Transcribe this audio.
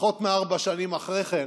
שפחות מארבע שנים אחרי כן,